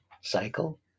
cycle